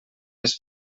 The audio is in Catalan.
les